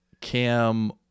Cam